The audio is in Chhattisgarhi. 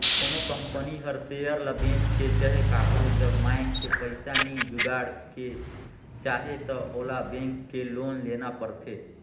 कोनो कंपनी हर सेयर ल बेंच के चहे काकरो जग मांएग के पइसा नी जुगाड़ के चाहे त ओला बेंक ले लोन लेना परथें